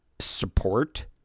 support